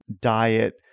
diet